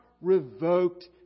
revoked